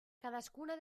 cadascuna